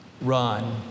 run